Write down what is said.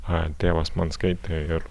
a tėvas man skaitė ir